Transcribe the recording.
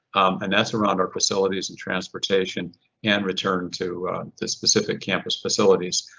and that's around our facilities and transportation and return to the specific campus facilities.